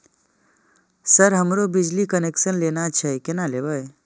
Sir हमरो बिजली connection लेना छे केना लेबे?